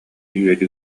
үөрүү